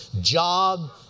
job